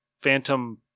phantom